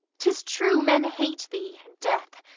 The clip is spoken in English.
tis true men hate thee, death,